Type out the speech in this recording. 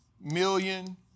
million